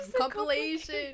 Compilation